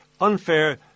Unfair